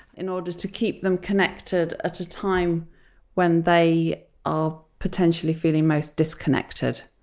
in order to keep them connected at a time when they are potentially feeling most disconnected.